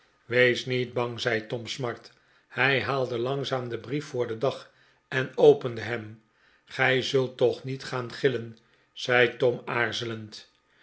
wees niet bang zei tom smart hij haalde langzaam den brief voor den dag en opende hem gij zult toch niet gaan gillen zei tom aarzelend